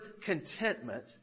contentment